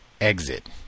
exit